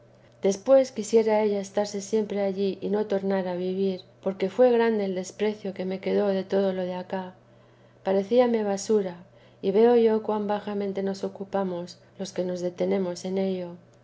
después quisiera ella estarse siempre allí y no tornana vivir porque fué grande el desprecio que me quedó de todo lo de acá parecíame basura y veo yo cuan bajamente nos ocupamos los que nos detenemos en ello